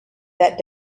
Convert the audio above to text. that